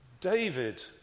David